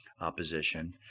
opposition